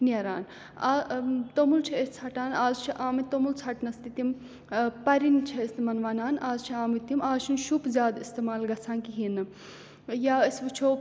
نیران آ توٚمُل چھِ أسۍ ژھَٹان آز چھِ آمٕتۍ توٚمُل ژھَٹنَس تہِ تِم پَرِنۍ چھِ أسۍ تِمَن وَنان آز چھِ آمٕتۍ تِم آز چھُنہٕ شُپ زیادٕ استعمال گژھان کِہیٖنۍ نہٕ یا أسۍ وٕچھو